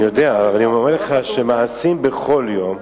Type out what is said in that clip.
אני יודע, אבל אני אומר לך שנעשים בכל יום,